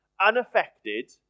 unaffected